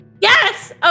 yes